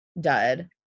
dud